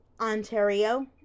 Ontario